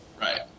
Right